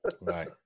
right